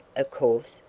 of course,